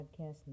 podcast